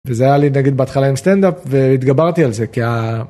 זה היה לי להגיד בהתחלה עם סטנדאפ והתגברתי על זה כי ה.